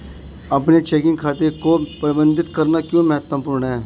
अपने चेकिंग खाते को प्रबंधित करना क्यों महत्वपूर्ण है?